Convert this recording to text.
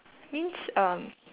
means um